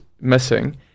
missing